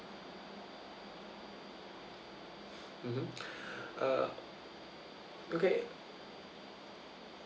mmhmm uh okay